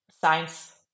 science